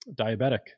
diabetic